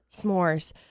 s'mores